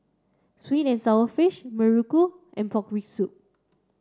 sweet and sour fish Muruku and pork rib soup